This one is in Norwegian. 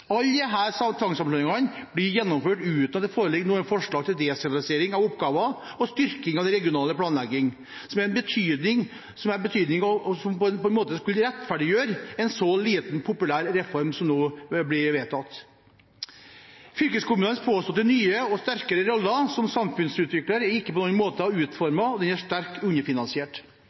alle imot sammenslåingen. Alle disse tvangssammenslåingene blir gjennomført uten at det foreligger noe forslag til desentralisering av oppgaver og styrking av regional planlegging, som på en måte skulle rettferdiggjøre en så lite populær reform som den som nå blir vedtatt. Fylkeskommunenes påståtte nye og sterkere rolle som samfunnsutvikler er ikke på noen måte utformet, og den er sterkt underfinansiert.